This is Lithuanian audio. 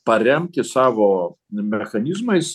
paremti savo mechanizmais